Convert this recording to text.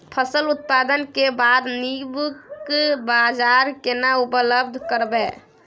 फसल उत्पादन के बाद नीक बाजार केना उपलब्ध कराबै?